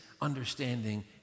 understanding